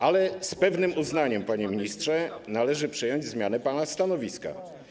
Ale z pewnym uznaniem, panie ministrze, należy przyjąć zmianę pana stanowiska.